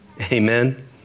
Amen